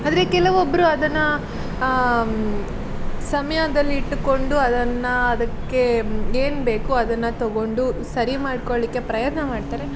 ಆದರೆ ಕೆಲವೊಬ್ಬರು ಅದನ್ನು ಸಮಯದಲ್ಲಿ ಇಟ್ಟುಕೊಂಡು ಅದನ್ನು ಅದಕ್ಕೆ ಏನು ಬೇಕು ಅದನ್ನು ತೊಗೊಂಡು ಸರಿ ಮಾಡಿಕೊಳ್ಳಿಕ್ಕೆ ಪ್ರಯತ್ನ ಮಾಡ್ತಾರೆ